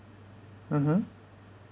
mmhmm